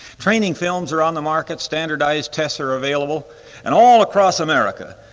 training films are on the market, standardized tests are available and all across america,